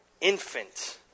infant